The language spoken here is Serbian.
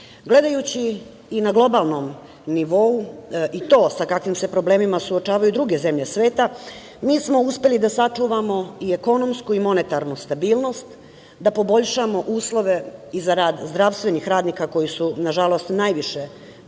standardu. Gledajući i na globalnom nivou i to sa kakvim se problemima suočavaju druge zemlje sveta mi smo uspeli da sačuvamo i ekonomsku i monetarnu stabilnost, da poboljšamo uslove i za rad zdravstvenih radnika koji su nažalost najviše bili